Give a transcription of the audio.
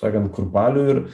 sakant kurpalių ir